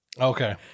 okay